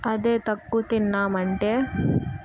అదే తక్కువ తిన్నామంటే